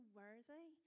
worthy